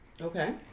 Okay